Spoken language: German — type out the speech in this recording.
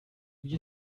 wie